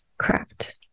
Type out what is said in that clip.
Correct